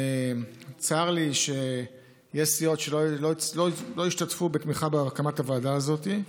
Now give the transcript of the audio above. צר לי שיש סיעות שלא השתתפו ולא תמכו בהקמת הוועדה הזאת.